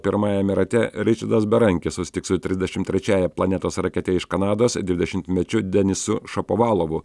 pirmajame rate ričardas berankis susitiks su trisdešimt trečiąja planetos raketė iš kanados dvidešimtmečiu denisu šapovalo